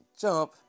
Jump